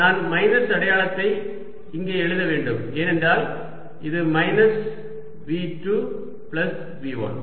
நான் மைனஸ் அடையாளத்தை இங்கே எழுத வேண்டும் ஏனென்றால் இது மைனஸ் V 2 பிளஸ் V 1